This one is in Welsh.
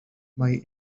mae